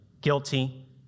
guilty